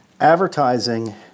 advertising